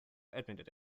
admitted